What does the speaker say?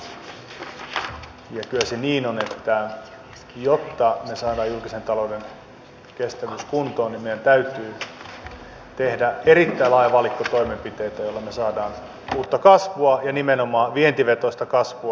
me olemme pieni vientivetoinen maa ja kyllä se niin on että jotta saadaan julkisen talouden kestävyys kuntoon niin meidän täytyy tehdä erittäin laaja valikko toimenpiteitä joilla me saamme uutta kasvua ja nimenomaan vientivetoista kasvua